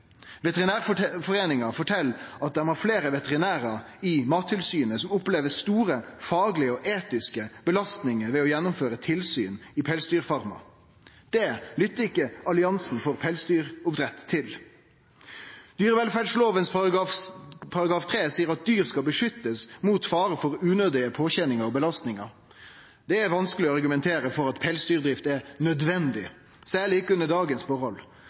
fortel at dei har fleire veterinærar i Mattilsynet som opplever store faglege og etiske belastningar ved å gjennomføre tilsyn i pelsdyrfarmar. Det lyttar ikkje alliansen for pelsdyroppdrett til. Paragraf 3 i dyrevelferdsloven seier at dyr skal «beskyttes mot fare for unødige påkjenninger og belastninger». Det er vanskeleg å argumentere for at pelsdyrdrift er nødvendig, særleg ikkje under dagens forhold.